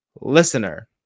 listener